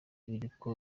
biriko